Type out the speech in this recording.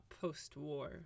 post-war